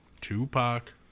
Tupac